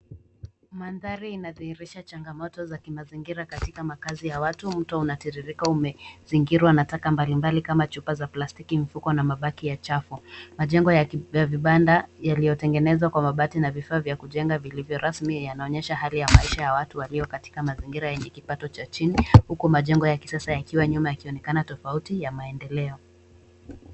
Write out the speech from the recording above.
Mandhari inadhihirisha changamoto za kimazingira katika makazi ya watu. Mto unatiririka umezingirwa na taka mbalimbali kama chupa za plastiki, mifuko na baki ya chafu. Majengo ya vibanda yaliyotengenezwa kwa mabati na vifaa vya kujenga vilivyo rasmi yanaonyesha hali ya maisha ya watu walio katika mazingira yenye kipato cha chini huku majengo ya kisasa yakiwa nyuma yakionekana tofauti ya maendeleo.